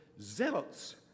zealots